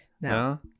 No